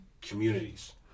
communities